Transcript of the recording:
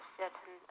certain